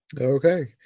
Okay